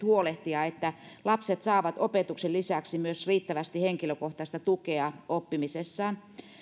huolehtia että lapset saavat opetuksen lisäksi myös riittävästi henkilökohtaista tukea oppimisessaan